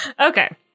Okay